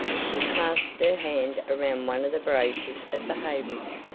she clasped her hand around one of the braces of the hayrick,